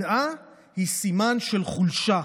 שנאה היא סימן של חולשה.